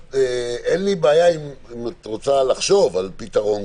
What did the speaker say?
אין לי בעיה, אם את רוצה, לחשוב על פתרון.